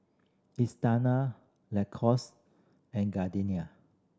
Isetana Lacoste and Gardenia